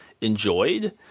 enjoyed